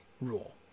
rule